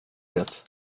det